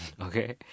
okay